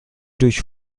durch